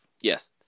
yes